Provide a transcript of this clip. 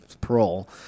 parole